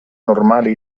normale